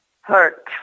hurt